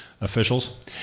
Officials